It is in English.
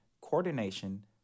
coordination